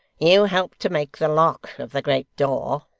you helped to make the lock of the great door